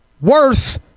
worth